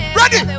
ready